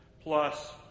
plus